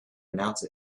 announce